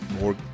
more